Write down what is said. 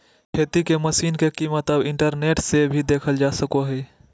खेती के मशीन के कीमत अब इंटरनेट से भी देखल जा सको हय